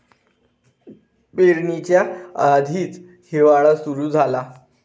पेरणीच्या आधीच हिवाळा सुरू झाला